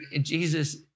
Jesus